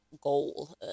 goal